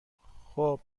خوب